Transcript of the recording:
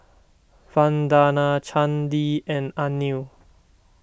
Vandana Chandi and Anil